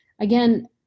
again